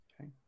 Okay